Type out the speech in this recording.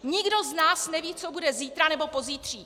Nikdo z nás neví, co bude zítra nebo pozítří.